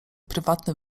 prywatny